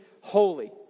holy